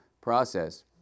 process